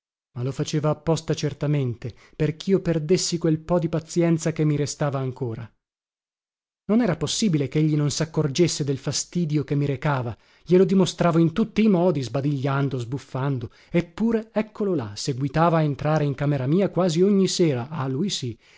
ma lo faceva apposta certamente perchio perdessi quel po di pazienza che mi restava ancora non era possibile chegli non saccorgesse del fastidio che mi recava glielo dimostravo in tutti i modi sbadigliando sbuffando eppure eccolo là seguitava a entrare in camera mia quasi ogni sera ah lui